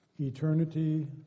eternity